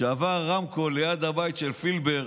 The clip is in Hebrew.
כשעבר רמקול ליד הבית של פילבר,